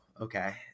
okay